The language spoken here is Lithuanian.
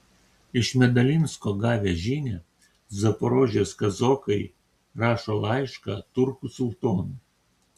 iš medalinsko gavę žinią zaporožės kazokai rašo laišką turkų sultonui